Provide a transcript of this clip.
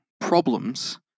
problems